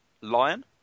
Lion